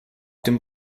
den